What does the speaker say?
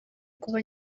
kuba